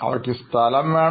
അവയ്ക്ക് സ്ഥലം വേണം